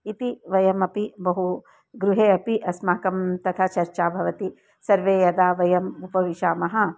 इति वयमपि बहु गृहे अपि अस्माकं तथा चर्चा भवति सर्वे यदा वयम् उपविशामः